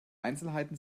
einzelheiten